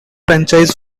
franchise